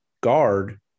guard